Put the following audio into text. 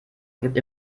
gibt